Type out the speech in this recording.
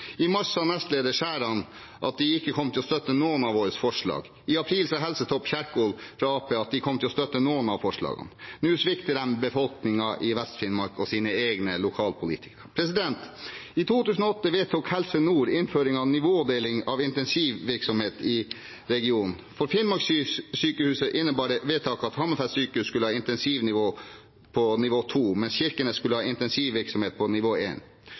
i denne saken i lang tid. I mars sa nestleder Skjæran at de ikke kom til å støtte noen av våre forslag. I april sa helsetopp Kjerkol fra Arbeiderpartiet at de kom til å støtte noen av forslagene. Nå svikter de befolkningen i Vest-Finnmark og sine egne lokalpolitikere. I 2008 vedtok Helse Nord innføring av nivådeling av intensivvirksomhet i regionen. For Finnmarkssykehuset innebar det vedtaket at Hammerfest sykehus skulle ha intensivvirksomhet på nivå 2, mens Kirkenes skulle ha intensivvirksomhet på nivå